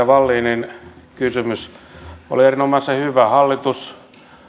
wallinin kysymys oli erinomaisen hyvä hallitus